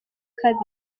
kabiri